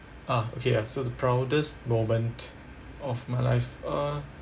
ah okay uh so the proudest moment of my life uh